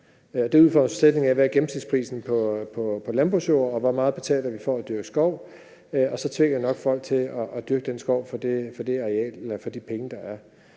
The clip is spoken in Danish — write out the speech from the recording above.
hvor man bruger gennemsnitsprisen på landbrugsjord, og hvor meget vi betaler for at dyrke skov, og så tvinger nok folk til at dyrke det skovareal for de penge, der er.